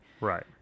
Right